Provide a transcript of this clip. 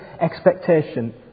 expectation